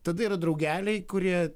tada yra draugeliai kurie